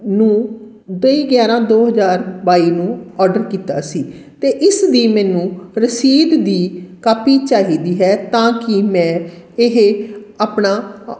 ਨੂੰ ਤੇਈ ਗਿਆਰਾਂ ਦੋ ਹਜ਼ਾਰ ਬਾਈ ਨੂੰ ਔਰਡਰ ਕੀਤਾ ਸੀ ਅਤੇ ਇਸ ਦੀ ਮੈਨੂੰ ਰਸੀਦ ਦੀ ਕਾਪੀ ਚਾਹੀਦੀ ਹੈ ਤਾਂ ਕਿ ਮੈਂ ਇਹ ਆਪਣਾ